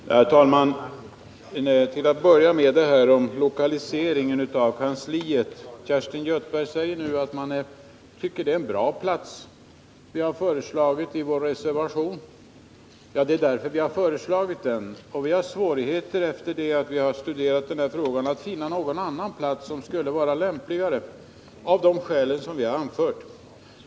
Herr talman! Till att börja med vill jag ta upp frågan om lokaliseringen av kansliet. Kerstin Göthberg säger nu att det är en bra plats vi har föreslagit i vår reservation. Det är också därför vi har föreslagit den, och vi har efter att ha studerat den här frågan haft svårigheter att finna någon annan plats som skulle kunna vara lämpligare av de skäl som vi har anfört.